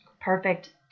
perfect